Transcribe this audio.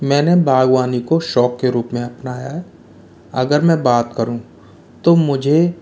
मैंने बागवानी को शौक के रूप में अपनाया है अगर मैं बात करूं तो मुझे